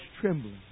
trembling